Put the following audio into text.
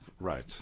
Right